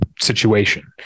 situation